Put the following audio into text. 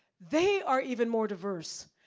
they are even more diverse.